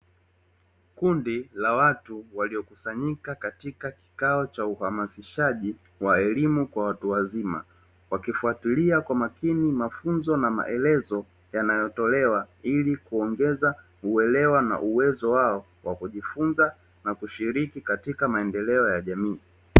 Kundi la watu waliokusanyika katika kikao cha uhamasishaji wa elimu kwa watu wazima, wakifuatilia kwa umakini mafunzo na maelezo yanayotolewa ili kuongeza uelewa na uwezo wao wa kujifunza na kushiriki katika maendeleo ya jamii.